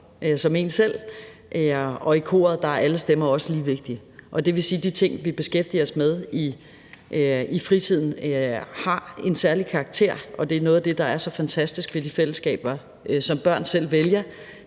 som en selv, og i koret er alle stemmer også lige vigtige. Det vil sige, at de ting, vi beskæftiger os med i fritiden, har en særlig karakter, og det er noget af det, der er så fantastisk ved de fællesskaber, som børn selv vælger,